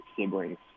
siblings